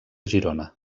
girona